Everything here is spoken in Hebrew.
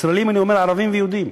ישראלים, אני אומר, ערבים ויהודים.